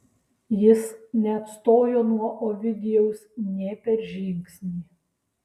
jis neatstojo nuo ovidijaus nė per žingsnį